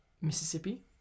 Mississippi